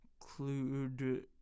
include